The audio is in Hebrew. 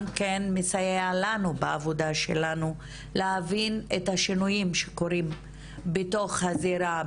כן מסייע לנו בעבודה שלנו להבין את השינויים שקורים בתוך הזירה,